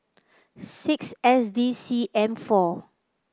six S D C M four